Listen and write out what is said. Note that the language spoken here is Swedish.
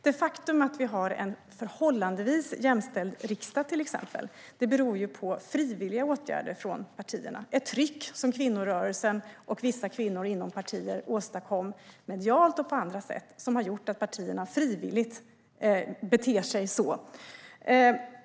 Det faktum att det finns en förhållandevis jämställd riksdag beror på frivilliga åtgärder från partierna, ett tryck som kvinnorörelsen och vissa kvinnor inom partierna åstadkom medialt och på andra sätt. Det har gjort att partierna frivilligt beter sig så.